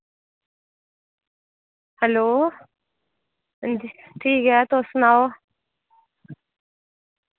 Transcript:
hello हां जी ठीक ऐ तुस सनाओ